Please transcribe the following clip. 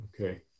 Okay